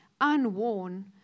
unworn